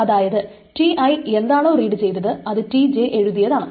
അതായത് Ti എന്താണോ read ചെയ്തത് അത് Tj എഴുതിയതാണ്